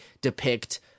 depict